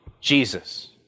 Jesus